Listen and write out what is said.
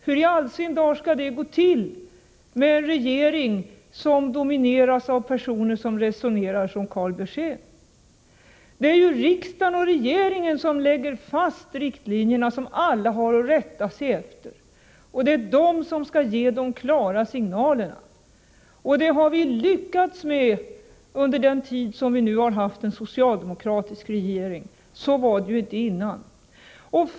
Hur i all sin dar skulle det gå till med en regering som domineras av personer som resonerar som Karl Björzén? Det är ju riksdagen och regeringen som lägger fast riktlinjerna, som alla har att rätta sig efter. Det är de som skall ge de klara signalerna. Det har vi lyckats med under den tid som vi haft en socialdemokratisk regering. Så var det inte dessförinnan.